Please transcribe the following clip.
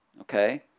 Okay